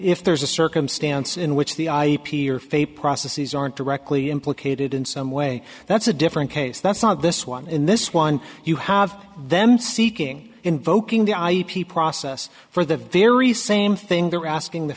if there's a circumstance in which the ip or fe process is aren't directly implicated in some way that's a different case that's not this one in this one you have them seeking invoking the ip process for the very same thing they're asking the